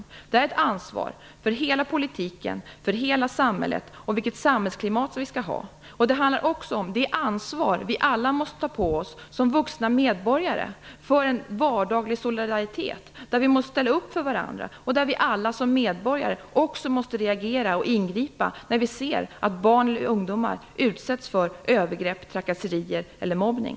Det här är ett ansvar för hela politiken, för hela samhället, och det gäller vilket samhällsklimat vi skall ha. Det handlar också om det ansvar som vi alla måste ta på oss, som vuxna medborgare, för en vardaglig solidaritet, där vi måste ställa upp för varandra och där vi alla som medborgare också måste reagera och ingripa när vi ser att barn eller ungdomar utsätts för övergrepp, trakasserier eller mobbning.